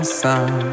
sun